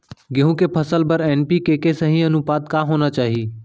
गेहूँ के फसल बर एन.पी.के के सही अनुपात का होना चाही?